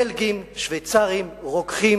בלגים, שוויצרים, רוקחים,